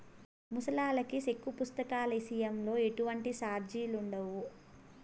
ముసలాల్లకి సెక్కు పుస్తకాల ఇసయంలో ఎటువంటి సార్జిలుండవు